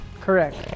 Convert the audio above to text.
Correct